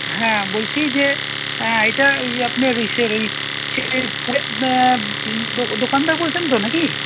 হ্যাঁ বলছি যে হ্যাঁ এটা ও আপনার ইসের ওই সে ফুলের দোকানটা বলছেন তো নাকি